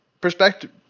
perspective